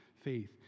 faith